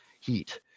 heat